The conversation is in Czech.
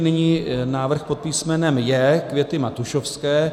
Nyní návrh pod písmenem J Květy Matušovské.